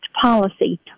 policy